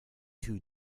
two